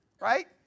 right